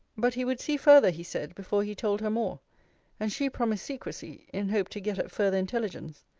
but he would see further, he said, before he told her more and she promised secrecy, in hope to get at further intelligence.